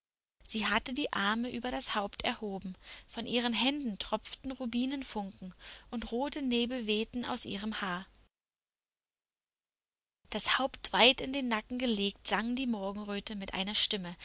sie hatte die arme über das haupt erhoben von ihren händen tropften rubinfunken und rote nebel wehten aus ihrem haar das haupt weit in den nacken gelegt sang die morgenröte mit einer stimme